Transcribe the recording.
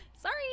sorry